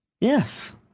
Yes